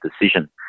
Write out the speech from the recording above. decision